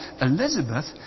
Elizabeth